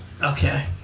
Okay